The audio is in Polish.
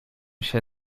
się